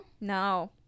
No